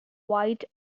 white